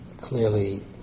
clearly